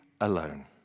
alone